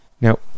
Now